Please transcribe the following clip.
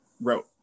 wrote